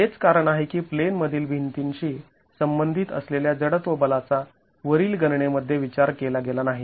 तर हेच कारण आहे की प्लेनमधील भिंतीशी संबंधित असलेल्या जडत्व बलाचा वरील गणनेमध्ये विचार केला गेला नाही